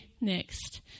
next